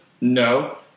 No